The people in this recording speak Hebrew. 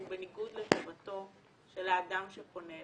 בניגוד לטובתו של האדם שפונה אליכם.